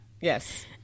Yes